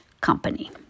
company